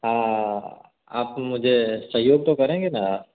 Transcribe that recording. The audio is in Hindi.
हाँ आप मुझे सहयोग तो करेंगे ना